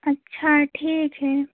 अच्छा है ठीक है